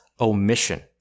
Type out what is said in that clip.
omission